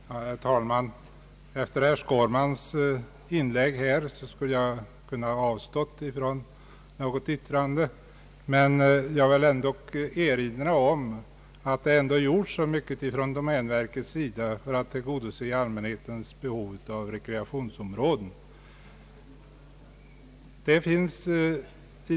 Herr talman! Efter herr Skårmans inlägg skulle jag ha kunnat avstå från något yttrande, men jag vill i alla fall erinra om att domänverket har gjort mycket för att tillgodose allmänhetens behov av rekreationsområden.